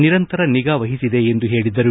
ನಿರಂತರ ನಿಗಾ ವಹಿಸಿದೆ ಎಂದು ಹೇಳಿದರು